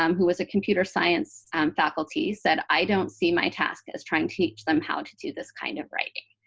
um who is a computer science faculty, said, i don't see my task as trying to teach them how to do this kind of writing.